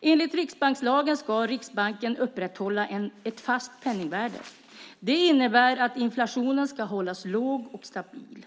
Enligt riksbankslagen ska Riksbanken upprätthålla ett fast penningvärde. Det innebär att inflationen ska hållas låg och stabil.